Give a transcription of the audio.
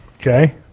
okay